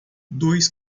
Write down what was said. dois